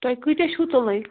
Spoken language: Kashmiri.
تۄہہِ کۭتیٛاہ چھُوتُلٕنۍ